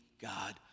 God